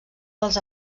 dels